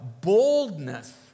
boldness